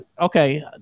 okay